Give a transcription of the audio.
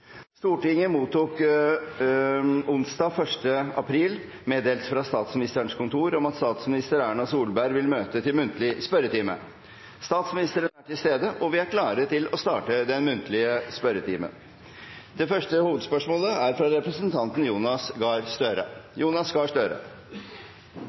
Stortinget mottok onsdag 1. april meddelelse fra Statsministerens kontor om at statsminister Erna Solberg vil møte til muntlig spørretime. Statsministeren er til stede, og vi er klare til å starte den muntlige spørretimen. Første hovedspørsmål er fra representanten Jonas Gahr Støre.